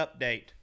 update